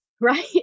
Right